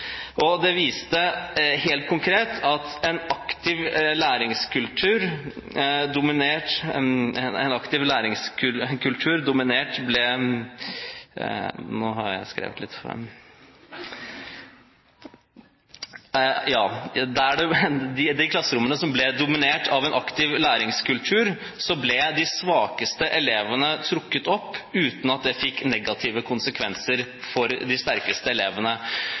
viste helt konkret at i de klassene som ble dominert av en aktiv læringskultur, ble de svakeste elevene trukket opp, uten at det fikk negative konsekvenser for de sterkeste elevene. Det sier meg nok en gang at det å ha en helhetlig tilnærming til skolepolitikken, hvor de sterkeste og de svakeste